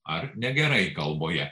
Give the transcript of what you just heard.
ar negerai kalboje